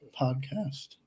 podcast